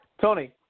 Tony